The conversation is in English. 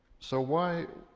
so why.